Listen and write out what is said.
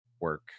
work